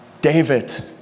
David